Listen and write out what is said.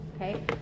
Okay